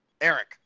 Eric